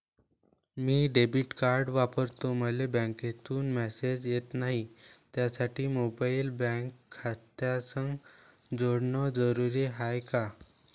मी debit card वापरतो मले बँकेतून मॅसेज येत नाही, त्यासाठी मोबाईल बँक खात्यासंग जोडनं जरुरी हाय का?